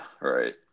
right